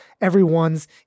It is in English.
everyone's